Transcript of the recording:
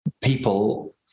people